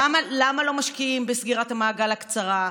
למה לא משקיעים בסגירת המעגל הקצרה?